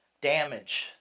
damage